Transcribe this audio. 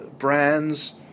brands